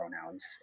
pronouns